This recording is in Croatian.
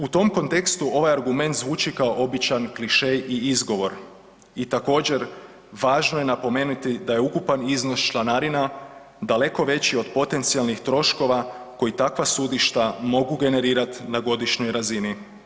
U tom kontekstu ovaj argument zvuči kao običan klišej i izgovor i također važno je napomenuti da je ukupan iznos članarina daleko veći od potencijalnih troškova koji takva sudišta mogu generirati na godišnjoj razini.